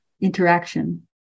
interaction